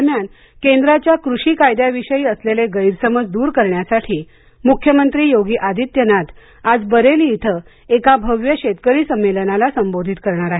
दरम्यान केंद्राच्या कृषी कायद्याविषयी असलेले गैरसमज दूर करण्यासाठी मुख्यमंत्री योगी आदित्यनाथ आज बरेली इथं एका भव्य शेतकरी संमेलनाला संबोधित करणार आहेत